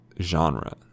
genre